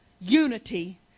unity